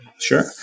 Sure